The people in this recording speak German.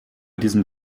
diesem